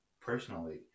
personally